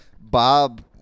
Bob